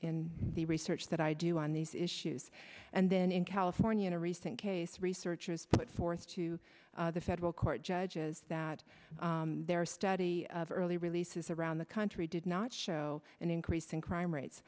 in the research that i do on these issues and then in california in a recent case researchers put forth to the federal court judges that their study of early releases around the country did not show an increase in crime rates